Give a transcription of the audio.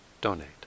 donate